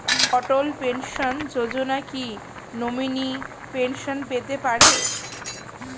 অটল pension Yojana কি নমনীয় pension পেতে পারে?